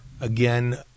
again